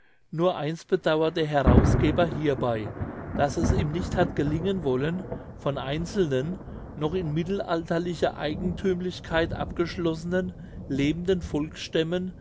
nur eins bedauert der herausgeber hierbei daß es ihm nicht hat gelingen wollen von einzelnen noch in mittelalterlicher eigenthümlichkeit abgeschlossen lebenden volksstämmen